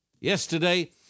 yesterday